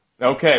Okay